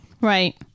Right